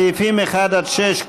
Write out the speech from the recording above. סעיפים 1 6,